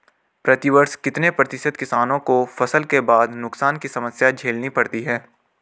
प्रतिवर्ष कितने प्रतिशत किसानों को फसल के बाद नुकसान की समस्या झेलनी पड़ती है?